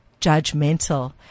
judgmental